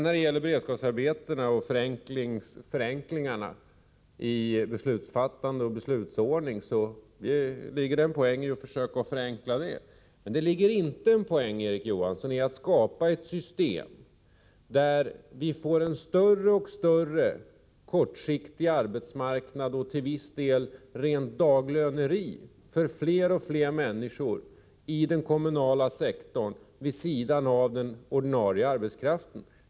Visst ligger det en poäng i att försöka förenkla beslutsfattande och beslutsordning när det gäller beredskapsarbetena. Men, Erik Johansson, det ligger inte någon poäng i att skapa ett system där man får en större och större kortsiktig arbetsmarknad och till viss del rent daglöneri för fler och fler människor i den kommunala sektorn, vid sidan av den ordinarie arbetskraften.